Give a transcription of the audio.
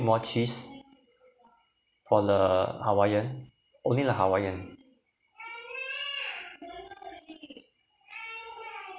more cheese for the hawaiian only the hawaiian